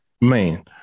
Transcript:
Man